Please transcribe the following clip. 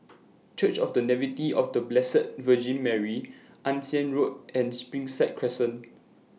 Church of The Nativity of The Blessed Virgin Mary Ann Siang Road and Springside Crescent